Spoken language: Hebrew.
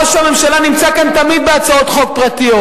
ראש הממשלה נמצא כאן תמיד בהצעות חוק פרטיות,